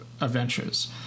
adventures